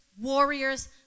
warriors